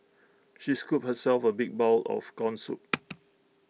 she scooped herself A big bowl of Corn Soup